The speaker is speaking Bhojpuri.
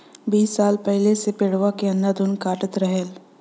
बीस साल पहिले से पेड़वा त अंधाधुन कटते रहल